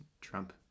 trump